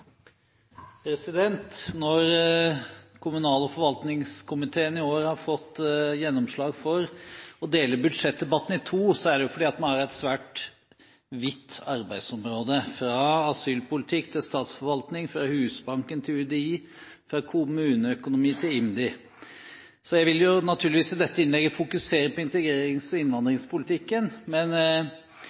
det jo fordi vi har et svært vidt arbeidsområde – fra asylpolitikk til statsforvaltning, fra Husbanken til UDI, fra kommuneøkonomi til IMDI. Jeg vil naturligvis i dette innlegget fokusere på integrerings- og innvandringspolitikken. Men